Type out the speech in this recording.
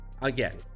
again